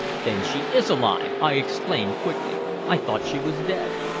then she is alive! i exclaimed quickly. i thought she was dead.